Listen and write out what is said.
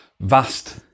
vast